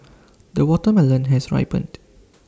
the watermelon has ripened